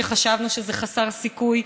שחשבנו שזה חסר סיכוי,